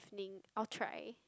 ~ning I'll try